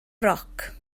roc